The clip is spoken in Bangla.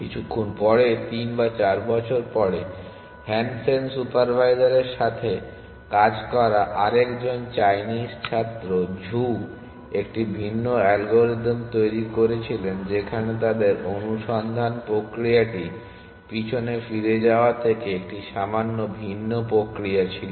কিছুক্ষন পরে 3 বা 4 বছর পরে হ্যানসেন সুপারভাইজারের সাথে কাজ করা আরেক জন চাইনিজ ছাত্র ঝু একটি ভিন্ন অ্যালগরিদম তৈরি করেছিলেন যেখানে তাদের অনুসন্ধান প্রক্রিয়াটি পিছনে ফিরে যাওয়া থেকে একটি সামান্য ভিন্ন প্রক্রিয়া ছিল